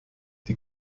die